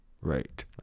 Right